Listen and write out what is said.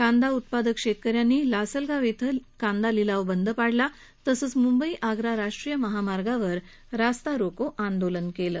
कांदा उत्पादक शेतकऱ्यांनी लासलगाव इथं कांदा लिलाव बंद पाडला तसंच म्ंबई आग्रा राष्ट्रीय महामार्गावर रास्ता रोको आंदोलन केलं